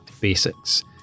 basics